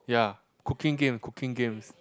ya cooking game cooking games